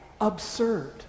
absurd